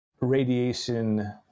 radiation